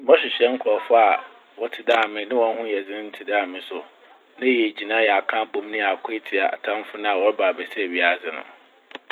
Mɔhwehwɛ nkorɔfo a wɔtse dɛ ame na hɔn ho yɛ dzen tse dɛ ame so. Na yegyina na yɛaka abɔm na yɛako etsia atamfo no a wɔreba abɛsɛe wiadze no.